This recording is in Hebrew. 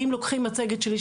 אם לוקחים מצגת שלי,